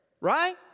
Right